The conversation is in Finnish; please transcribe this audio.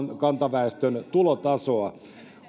kantaväestön tulotasoa